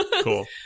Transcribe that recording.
Cool